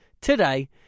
today